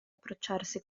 approcciarsi